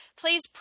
please